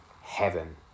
heaven